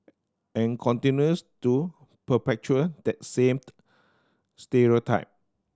and continues to perpetuate that same stereotype